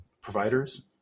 providers